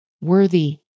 worthy